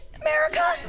America